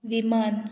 विमान